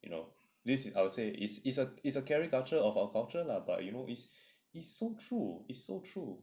you know this is I would say is is a is a caricature of our culture lah but you know it's it's so true it is so true